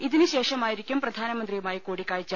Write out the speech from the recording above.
ഇതിനുശേഷമായിരിക്കും പ്രധാനമന്ത്രിയുമായി കൂടിക്കാഴ്ച